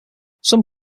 some